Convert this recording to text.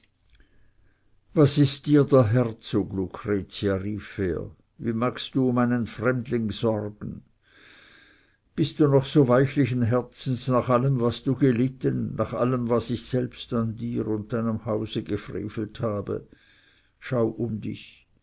was ist dir der herzog lucretia rief er wie magst du um einen fremdling sorgen bist du noch so weichlichen herzens nach allem was du gelitten nach allem was ich selbst an dir und deinem hause gefrevelt habe schau um dich